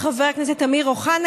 חבר הכנסת אמיר אוחנה,